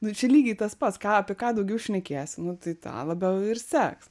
nu čia lygiai tas pats ką apie ką daugiau šnekėsi nu tai tą labiau ir seks